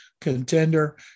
contender